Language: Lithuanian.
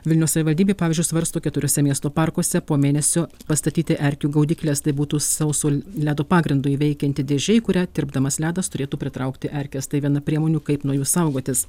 vilniaus savivaldybė pavyzdžiui svarsto keturiose miesto parkuose po mėnesio pastatyti erkių gaudykles tai būtų sauso ledo pagrindu veikianti dėžė kurią tirpdamas ledas turėtų pritraukti erkes tai viena priemonių kaip nuo jų saugotis